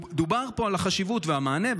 דובר פה על החשיבות והמענה,